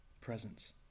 Presence